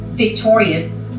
victorious